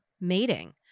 mating